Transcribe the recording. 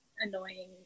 annoying